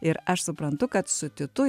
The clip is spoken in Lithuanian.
ir aš suprantu kad su titu